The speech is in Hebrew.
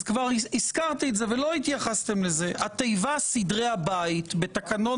אז כבר הזכרתי את זה ולא התייחסתם לזה: התיבה סדרי הבית בתקנון